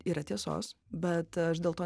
yra tiesos bet aš dėl to